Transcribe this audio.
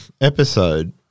episode